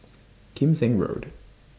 Kim Seng Road